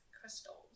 crystals